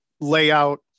layout